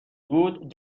بود